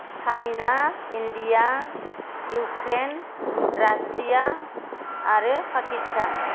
China India Ukraine Russia आरो पाकिस्तान